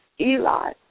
Eli